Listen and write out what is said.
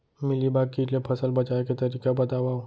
Mealybug kit ले फसल बचाए के तरीका बतावव?